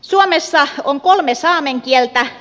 suomessa on kolme saamen kieltä